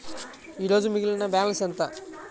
ఈరోజు మిగిలిన బ్యాలెన్స్ ఎంత?